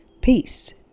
peace